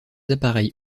appareils